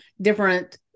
different